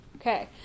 Okay